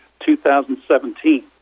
2017